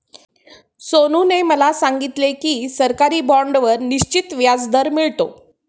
सोनूने मला सांगितले की सरकारी बाँडवर निश्चित व्याजदर मिळतो